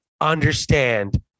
understand